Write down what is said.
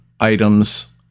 items